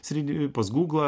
sėdi pas gūglą